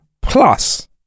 Plus